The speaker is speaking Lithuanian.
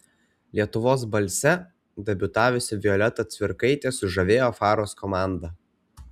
lietuvos balse debiutavusi violeta cvirkaitė sužavėjo faros komandą